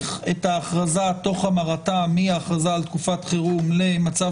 "להחליף הכרזה על מצב חירום בהכרזה על מצב